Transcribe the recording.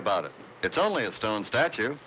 about it it's only a stone statue